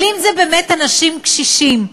אבל אם באמת אנשים קשישים,